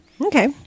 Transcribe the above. Okay